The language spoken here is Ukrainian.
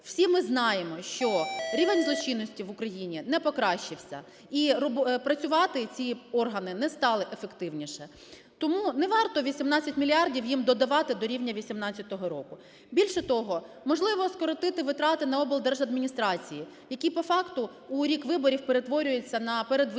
Всі ми знаємо, що рівень злочинності в Україні не покращився, і працювати ці органи не стали ефективніше. Тому не варто 18 мільярдів їм додавати до рівня 18-го року. Більше того, можливо, скоротити на облдержадміністрації, які по факту у рік виборів перетворюються на передвиборчі